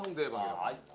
by